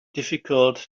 difficult